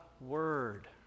word